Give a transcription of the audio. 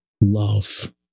love